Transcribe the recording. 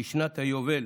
כשנת היובל